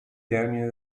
termine